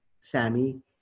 Sammy